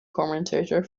commentator